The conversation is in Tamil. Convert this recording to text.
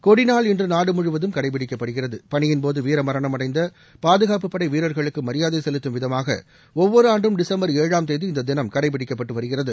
கொடி நாள் இன்று நாடுமுழுவதும் கடைப்பிடிக்கப்படுகிறது பணியின்போது வீரமரணம் அடைந்த பாதுகாப்புப் படை வீரர்களுக்கு மரியாதை செலுத்தும் விதமாக ஒவ்வொரு ஆண்டும் டிசம்பர் ஏழாம் தேதி இந்த தினம் கடைப்பிடிக்கப்பட்டு வருகிறது